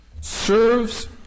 serves